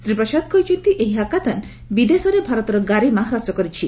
ଶ୍ରୀ ପ୍ରସାଦ କହିଛନ୍ତି ଏହି ହାକାଥାନ୍ ବିଦେଶରେ ଭାରତର ଗାରିମା ହ୍ରାସ କରିଛି